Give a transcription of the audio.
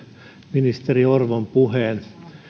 ministeri orvon puheen